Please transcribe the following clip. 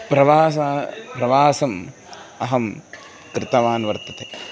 प्रवासं प्रवासम् अहं कृतवान् वर्तते